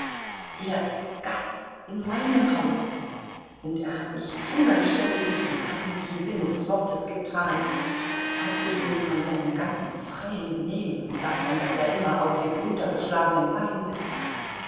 er ist gast in meinem hause und er hat nichts unanständiges im eigentlichen sinne des wortes getan abgesehen von seinem ganzen freien benehmen und davon daß er immer auf dem untergeschlagenen bein sitzt